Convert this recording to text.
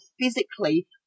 physically